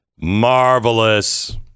marvelous